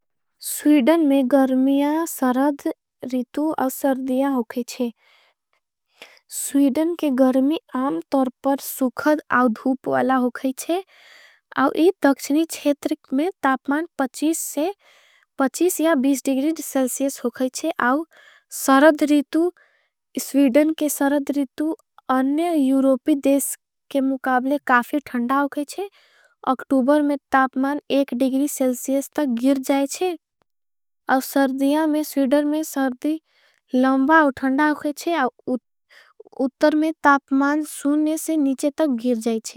स्वीडन में गर्मिया सरध रितु औँ सर्धिया होकेच्छे। स्वीडन के गर्मी आम तोरपर सुखद औँ धूप वाला। होकेच्छे अव इ दक्षणी छेतरिक में तापमान से। या डिग्री सेलसियस होकेच्छे अव सरध रितु। स्वीडन के सरध रितु अन्य यूरोपी देश के मुकाबले। काफी ठंडा होकेच्छे अक्टूबर में तापमान डिग्री। सेलसियस तक गिर जाएच्छे अव सर्धिया में। स्वीडर में सर्धी लंबा औँ ठंडा होकेच्छे उत्तर। में तापमान सुनने से नीचे तक गिर जाएच्छे।